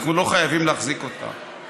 אנחנו לא חייבים להחזיק אותה.